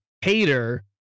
hater